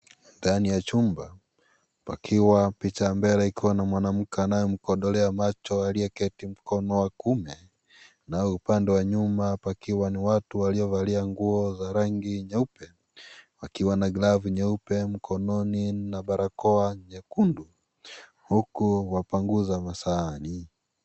Ndani ya chumba pakiwa picha ya mbele ikiwa na mwanamke anaye mkondolea macho anayeketi mkono wake wa kiume. Nao upande wa nyuma ni watu pakiwa ni watu waliovalia nguo ya rangi nyeupe wakiwa na glavu nyeupe na barakoa nyekundu huku wapanguza masahani.